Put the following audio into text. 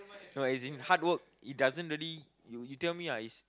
no as in hard work it doesn't really you you tell me ah is